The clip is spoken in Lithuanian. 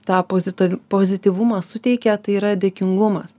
tapo pozita pozityvumą suteikia tai yra dėkingumas